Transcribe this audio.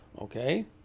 okay